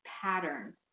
patterns